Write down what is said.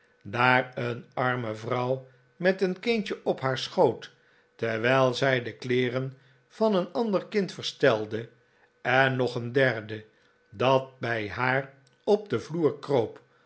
daar een arme vrouw met een kindje op haar schoot terwijl zij de kleeren van een ander kind verstelde en nog een derde dat bij haar op den vloer kroop